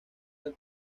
del